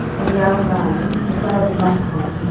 and jaazaniah the son of a maachathite,